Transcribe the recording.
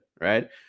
right